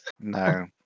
No